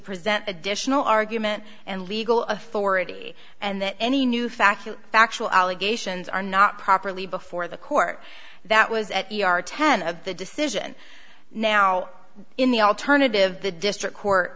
present additional argument and legal authority and that any new factual factual allegations are not properly before the court that was at the are ten of the decision now in the alternative the district court